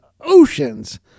Oceans